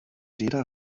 jeder